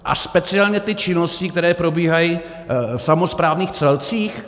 A speciálně ty činnosti, které probíhají v samosprávných celcích?